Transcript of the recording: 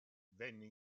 venne